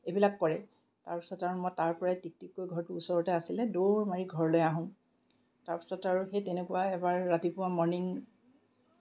এইবিলাক কৰে তাৰপিছত আৰু মই তাৰ পৰাই টিকটিককৈ ঘৰটো ওচৰতে আছিলে দৌৰ মাৰি ঘৰলৈ আহোঁ তাৰপিছত আৰু সেই তেনেকুৱা এবাৰ ৰাতিপুৱা মৰ্ণিং